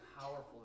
powerful